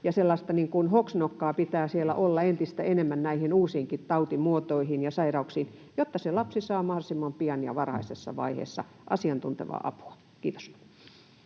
hoksnokkaa pitää siellä olla entistä enemmän näihin uusiinkin tautimuotoihin ja sairauksiin, jotta lapsi saa mahdollisimman pian ja varhaisessa vaiheessa asiantuntevaa apua. — Kiitos.